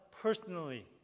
personally